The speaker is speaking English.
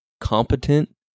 competent